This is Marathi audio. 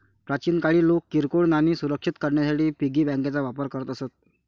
प्राचीन काळी लोक किरकोळ नाणी सुरक्षित करण्यासाठी पिगी बँकांचा वापर करत असत